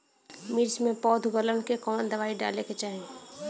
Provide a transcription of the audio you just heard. मिर्च मे पौध गलन के कवन दवाई डाले के चाही?